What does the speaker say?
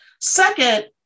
Second